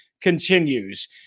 continues